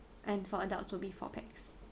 and for adults will be four pax